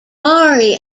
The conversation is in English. mari